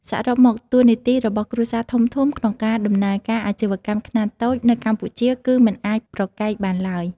សរុបមក តួនាទីរបស់គ្រួសារធំៗក្នុងការដំណើរការអាជីវកម្មខ្នាតតូចនៅកម្ពុជាគឺមិនអាចប្រកែកបានឡើយ។